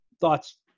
Thoughts